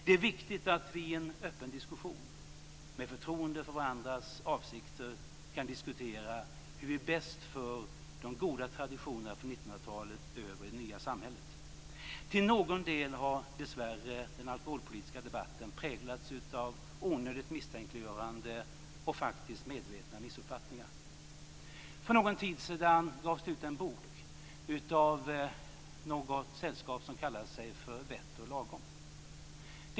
Det är viktigt att vi i en öppen diskussion med förtroende för varandras avsikter kan samtala om hur vi bäst för de goda traditionerna från 1900-talet över i det nya samhället. Till någon del har dessvärre den alkoholpolitiska debatten präglats av onödigt misstänkliggörande och, faktiskt, medvetna missuppfattningar. För någon tid sedan gavs det ut en bok av något sällskap som kallar sig för Vett och lagom.